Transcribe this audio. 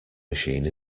machine